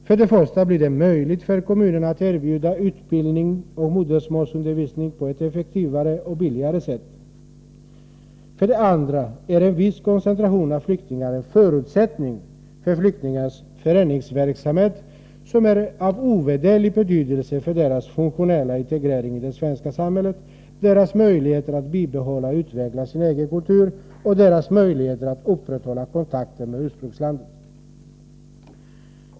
För det första blir det möjligt för kommunerna att erbjuda utbildning och modersmålsundervisning på ett effektivare och billigare sätt. För det andra är en viss koncentration av flyktingar en förutsättning för flyktingars föreningsverksamhet, som är av ovärderlig betydelse för deras funktionella integrering i det svenska samhället, deras möjligheter att bibehålla och utveckla sin egen kultur och deras möjligheter att upprätthålla kontakten med ursprungslandet.